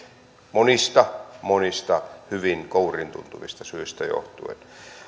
monista monista hyvin kouriintuntuvista syistä johtuen